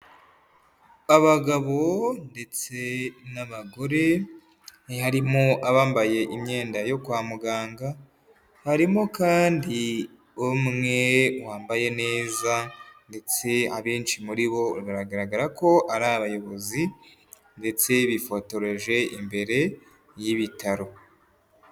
Abagabo ndetse n'abagore, harimo abambaye imyenda yo kwa muganga, harimo kandi umwe wambaye neza, ndetse abenshi muri bo biragaragara ko ari abayobozi, ndetse bifotoreje imbere y'ibitaro.